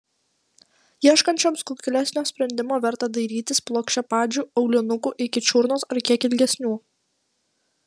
ieškančioms kuklesnio sprendimo verta dairytis plokščiapadžių aulinukų iki čiurnos ar kiek ilgesnių